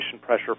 pressure